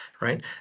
right